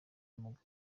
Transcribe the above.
w’amaguru